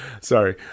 Sorry